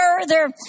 further